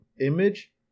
image